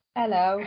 Hello